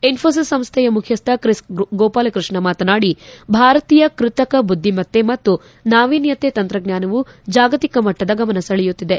ಇನ್ನೋಸಿಸ್ ಸಂಸ್ಥೆಯ ಮುಖ್ಯಸ್ಟ ತ್ರಿಸ್ ಗೋಪಾಲಕೃಷ್ಣ ಮಾತನಾಡಿ ಭಾರತೀಯ ಕೃತಕ ಬುದ್ಧಿಮತ್ತೆ ಮತ್ತು ನಾವೀನ್ನತೆ ತಂತ್ರಜ್ವಾನವು ಜಾಗತಿಕ ಮಟ್ಟದ ಗಮನಸೆಳೆಯುತ್ತಿದೆ